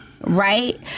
right